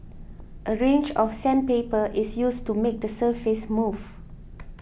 a range of sandpaper is used to make the surface smooth